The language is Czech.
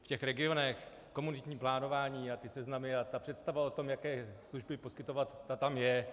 V regionech komunitní plánování a seznamy a představa o tom, jaké služby poskytovat, ta tam je.